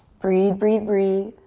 breathe, breathe, breathe.